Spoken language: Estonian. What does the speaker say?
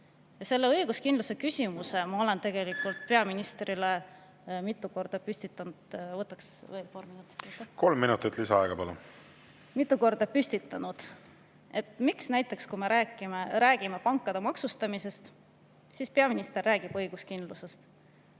Selle õiguskindluse küsimuse ma olen tegelikult peaministrile mitu korda püstitanud. Võtaks veel paar minutit. Kolm minutit lisaaega, palun! Näiteks, kui me räägime pankade maksustamisest, siis peaminister räägib õiguskindlusest,